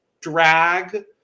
drag